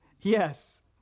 Yes